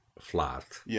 flat